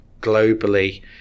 globally